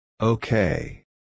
Okay